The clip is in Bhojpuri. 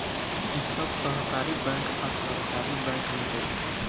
इ सब सहकारी बैंक आ सरकारी बैंक मिलेला